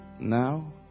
now